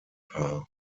paar